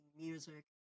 music